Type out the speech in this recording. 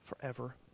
forever